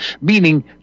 meaning